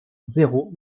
zéro